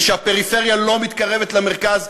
ושהפריפריה לא מתקרבת למרכז,